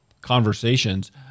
conversations